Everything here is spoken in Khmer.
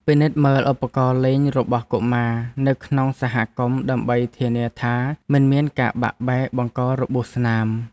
ពិនិត្យមើលឧបករណ៍លេងរបស់កុមារនៅក្នុងសហគមន៍ដើម្បីធានាថាមិនមានការបាក់បែកបង្ករបួសស្នាម។